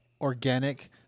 organic